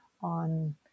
on